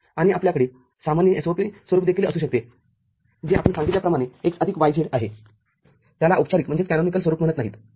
आणि आपल्याकडे सामान्य SOP स्वरूप देखील असू शकते जे आपण सांगितल्याप्रमाणे x आदिक yz आहे त्याला औपचारिक स्वरूप म्हणत नाहीत